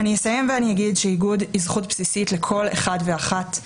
אני אסיים ואגיד שאיגוד הוא זכות בסיסית לכל אחת ואחד,